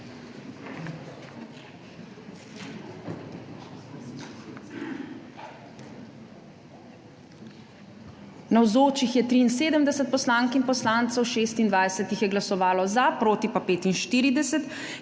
Navzočih je 73 poslank in poslancev, 26 jih je glasovalo za, proti pa 45.